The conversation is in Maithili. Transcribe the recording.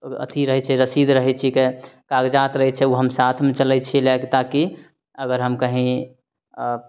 अथी रहै छै रसीद रहै छिकै कागजात रहै छै ओ हम साथमे चलै छी लऽ कऽ ताकि अगर हम कही